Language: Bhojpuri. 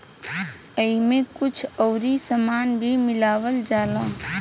ओइमे कुछ अउरी सामान भी मिलावल जाला